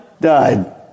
died